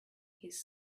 his